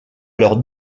leur